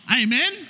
Amen